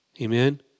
Amen